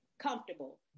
comfortable